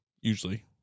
usually